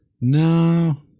No